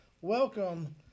welcome